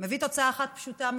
הוא מביא תוצאה אחת פשוטה מאוד: